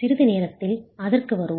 சிறிது நேரத்தில் அதற்கு வருவோம்